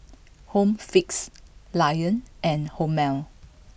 home fix lion and Hormel